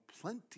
plenty